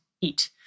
eat